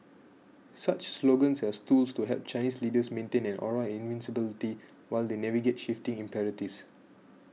such slogans as tools to help Chinese leaders maintain an aura of invincibility while they navigate shifting imperatives